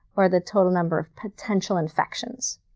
or the total number of potential infections.